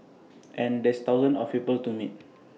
and there's thousands of people to meet